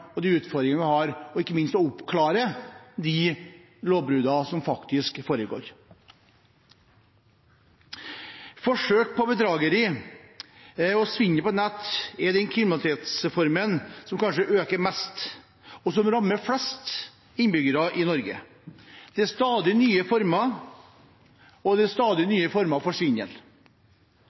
og de utfordringene vi har, og ikke minst oppklare de lovbruddene som foregår. Forsøk på bedrageri og svindel på nett er den kriminalitetsformen som kanskje øker mest, og som rammer flest innbyggere i Norge. Det er stadig nye former for svindel. Vi har hver og